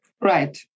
Right